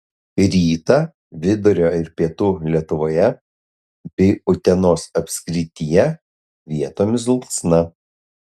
rytą vidurio ir pietų lietuvoje bei utenos apskrityje vietomis dulksna